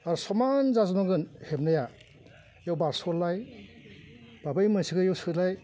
आरो समान जाजोबनांगोन हेबनाया बेयाव बारस'लाय बा बै मोनसेखौ बियाव सोलाय